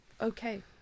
okay